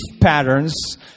patterns